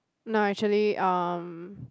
no actually um